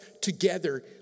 together